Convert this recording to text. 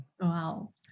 Wow